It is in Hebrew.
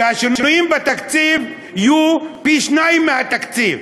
והשינויים בתקציב יהיו פי-שניים מהתקציב,